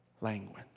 language